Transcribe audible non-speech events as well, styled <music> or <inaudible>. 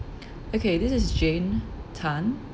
<breath> okay this is jane tan